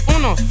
Uno